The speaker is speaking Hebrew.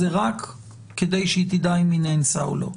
זה רק כדי שהיא תדע אם היא נאנסה או לא.